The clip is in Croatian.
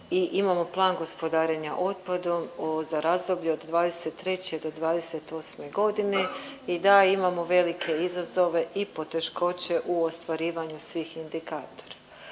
i imamo plan gospodarenja otpadom za razdoblje od '23. do '28. godine i da imamo velike izazove i poteškoće u ostvarivanju svih indikatora.